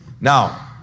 Now